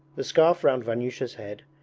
the scarf round vanyusha's head,